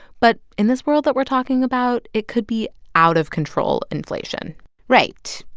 but in this world that we're talking about, it could be out of control inflation right.